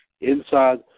inside